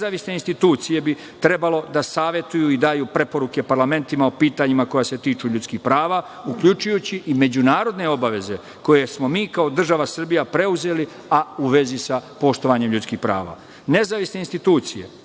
Nezavisne institucije bi trebalo da savetuju i daju preporuke parlamentima o pitanjima koja se tiču ljudskih prava, uključujući i međunarodne obaveze koje smo mi kao država Srbija preuzeli, a uvezi sa poštovanjem ljudskih prava. Nezavisne institucije